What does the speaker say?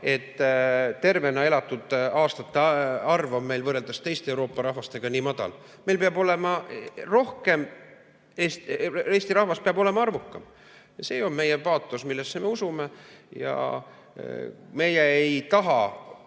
et tervena elatud aastate arv on meil võrreldes teiste Euroopa rahvastega nii madal. Meid peab olema rohkem, eesti rahvas peab olema arvukam. See on meie paatos, millesse me usume. Meie ei taha